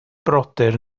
brodyr